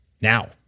Now